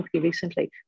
recently